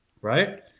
Right